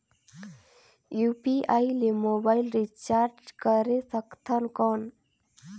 UPI ले mobile recharge करे सकथन कौन?